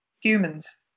humans